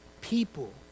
people